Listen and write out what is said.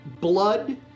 blood